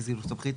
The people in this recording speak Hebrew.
כלומר,